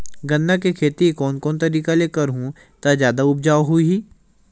गन्ना के खेती कोन कोन तरीका ले करहु त जादा उपजाऊ होही?